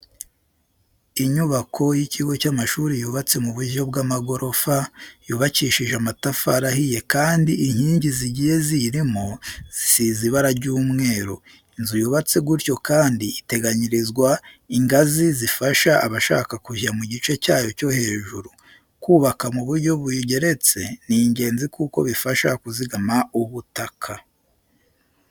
Inyubako y'ikigo cy'amashuri yubatse mu buryo bw'amagorofa, yubakishije amatafari ahiye kandi inkingi zigiye ziyirimo zisize ibara ry'umweru. Inzu yubatse gutyo kandi iteganyirizwa ingazi zifasha abashaka kujya mu gice cyayo cyo hejuru. Kubaka mu buryo bugeretse ni ingenzi kuko bifasha kuzigama ubutaka.